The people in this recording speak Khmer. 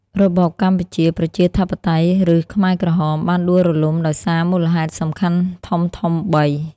របបកម្ពុជាប្រជាធិបតេយ្យ ឬខ្មែរក្រហម បានដួលរលំដោយសារមូលហេតុសំខាន់ធំៗបី។